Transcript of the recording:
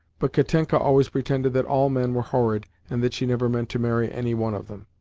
but katenka always pretended that all men were horrid, and that she never meant to marry any one of them,